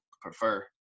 prefer